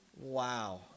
Wow